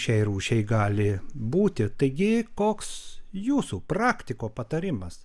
šiai rūšiai gali būti taigi koks jūsų praktiko patarimas